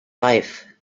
life